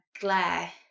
glare